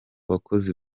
bakozi